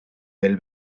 del